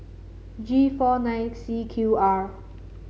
G four nine C Q R